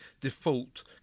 default